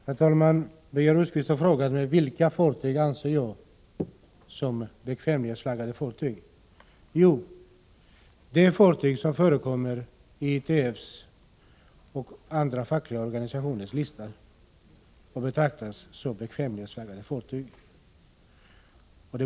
Herr talman! Birger Rosqvist har frågat mig vilka fartyg som jag anser är bekvämlighetsflaggade fartyg. Jo, det är fartyg som förekommer i ITF:s och andra fackliga organisationers lista och där betraktas som bekvämlighetsflaggade fartyg.